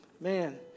Man